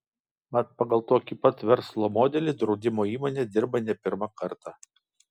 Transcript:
mat pagal tokį pat verslo modelį draudimo įmonė dirba ne pirmą kartą